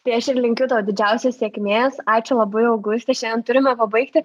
tai aš ir linkiu tau didžiausios sėkmės ačiū labai auguste šiandien turime pabaigti